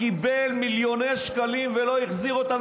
קיבל מיליוני שקלים ולא החזיר אותם,